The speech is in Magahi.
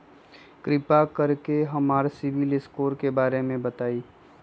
कृपा कर के हमरा सिबिल स्कोर के बारे में बताई?